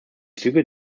züge